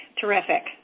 terrific